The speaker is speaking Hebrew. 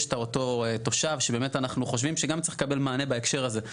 יש את אותו תושב שבאמת אנחנו חושבים שגם צריך לקבל מענה בהקשר הזה.